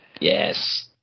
Yes